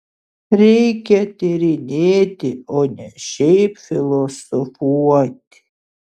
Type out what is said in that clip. reikia tyrinėti o ne šiaip filosofuoti